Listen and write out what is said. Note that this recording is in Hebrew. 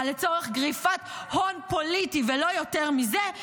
לצורך גריפת הון פוליטי ולא יותר מזה,